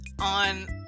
On